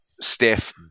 Steph